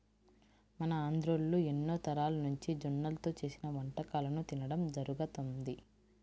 మన ఆంధ్రోల్లు ఎన్నో తరాలనుంచి జొన్నల్తో చేసిన వంటకాలను తినడం జరుగతంది